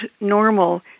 normal